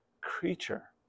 creature